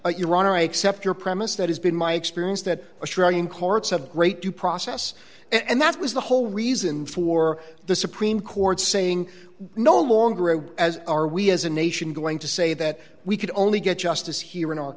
but your honor i accept your premise that has been my experience that australian courts have great due process and that was the whole reason for the supreme court saying no longer as are we as a nation going to say that we could only get justice here in our